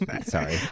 Sorry